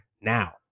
now